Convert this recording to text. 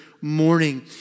morning